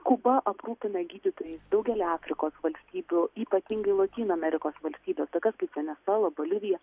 kuba aprūpina gydytojais daugelį afrikos valstybių ypatingai lotynų amerikos valstybes tokias kaip venesuela bolivija